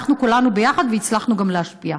הלכנו כולנו ביחד והצלחנו גם להשפיע.